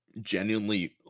genuinely